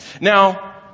Now